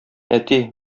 әти